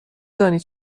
دانی